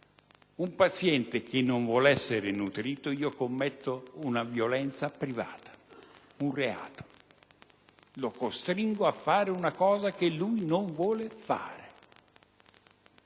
un paziente che non vuole essere nutrito io commetto un reato, violenza privata, perché lo costringo a fare una cosa che lui non vuole fare.